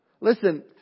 Listen